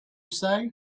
say